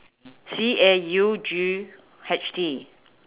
C A U G H T